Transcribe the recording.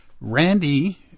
Randy